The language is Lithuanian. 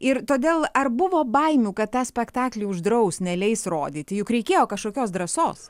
ir todėl ar buvo baimių kad tą spektaklį uždraus neleis rodyti juk reikėjo kažkokios drąsos